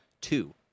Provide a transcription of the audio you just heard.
two